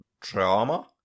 drama